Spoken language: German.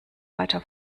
weiter